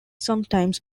sometimes